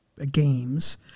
games